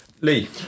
Lee